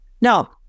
Now